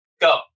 go